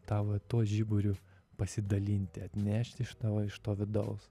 tą va tuos žiburiu pasidalinti atnešti iš tavo iš to vidaus